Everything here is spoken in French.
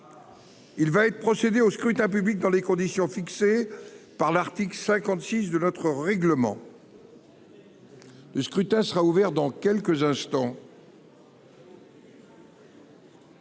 Il va être procédé au scrutin public dans les conditions fixées par l'article 56 de notre règlement. Le scrutin sera ouvert dans quelques instants.